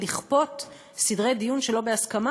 ולכפות סדרי דיון שלא בהסכמה,